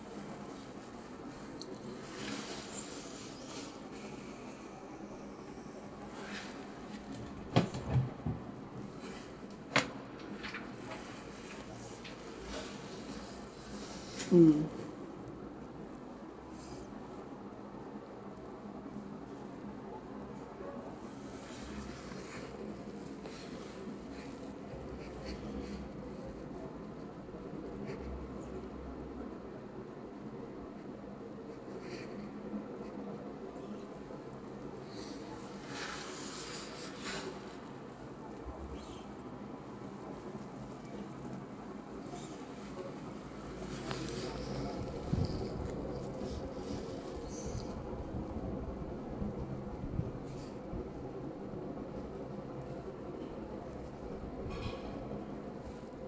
mm